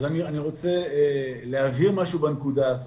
אני רוצה להבהיר משהו בנקודה הזאת.